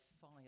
fire